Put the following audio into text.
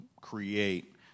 create